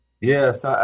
Yes